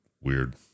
weird